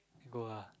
go ah